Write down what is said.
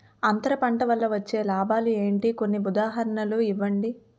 అంతర పంట వల్ల వచ్చే లాభాలు ఏంటి? కొన్ని ఉదాహరణలు ఇవ్వండి?